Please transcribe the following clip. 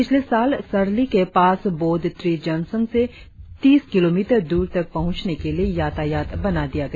पिछले साल सरली के पास बोद्ध ट्री जंक्शन से तीस किलोमीटर दूर तक पहुँचने के लिए यातायात बना दिया था